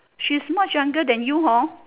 she is much younger than you hor